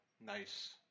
Nice